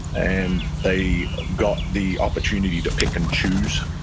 and they got the opportunity to pick and choose.